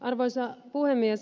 arvoisa puhemies